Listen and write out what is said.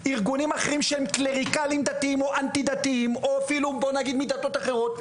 ארגונים אחרים שהם קלריקליים דתיים או אנטי דתיים או אפילו מדתות אחרות.